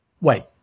wait